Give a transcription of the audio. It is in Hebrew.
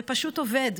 זה פשוט עובד.